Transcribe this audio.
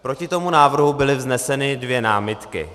Proti tomu návrhu byly vzneseny dvě námitky.